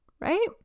right